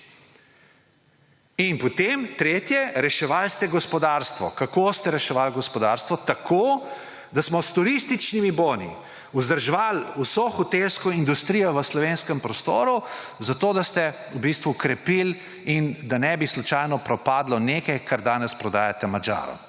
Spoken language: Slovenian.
In tretje, reševali ste gospodarstvo. Kako ste reševali gospodarstvo? Tako, da smo s turističnimi boni vzdrževali vso hotelsko industrijo v slovenskem prostoru, da ste v bistvu krepili, da ne bi slučajno propadlo nekaj, kar danes prodajate Madžarom.